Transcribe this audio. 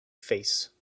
face